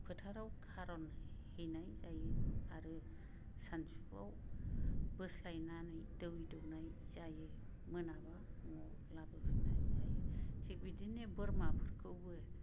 फोथाराव खारन हैनाय जायो आरो सानसुआव बोस्लायनानै दै दौनाय जायो मोनाबा न'आव लाबोफिननाय जायो थिग बेबादिनो बोरमाफोरखौबो